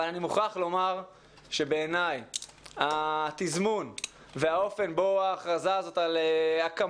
אבל אני מוכרח לומר שהתזמון והאופן בו ההכרזה הוכרזה על הקמת